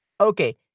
Okay